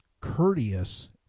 courteous